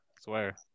Swear